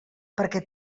perquè